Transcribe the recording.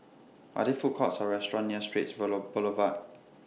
Are There Food Courts Or restaurants near Straits Boulevard